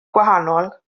gwahanol